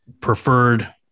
preferred